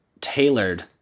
tailored